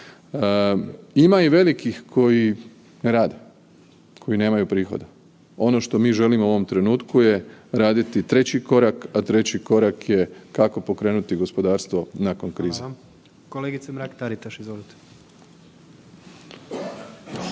Ima i velikih koji rade, koji nemaju prihode. Ono što mi želimo u ovom trenutku je raditi treći korak, a treći korak je kako pokrenuti gospodarstvo nakon krize.